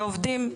עובדים,